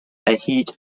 erhielt